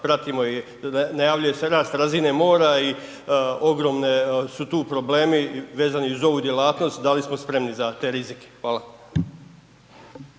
pratimo i najavljuje se rast razine mora i ogromni su tu problemi vezani uz ovu djelatnost, da li smo spremni za te rizike? Hvala.